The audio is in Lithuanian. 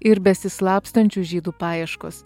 ir besislapstančių žydų paieškos